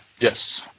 Yes